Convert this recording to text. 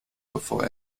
bevor